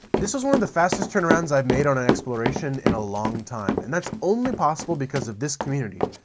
this was one of the fastest turnarounds i've made on an exploration in a long time. and that's only possible because of this community